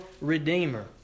Redeemer